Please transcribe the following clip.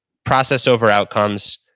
process over outcomes,